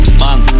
bang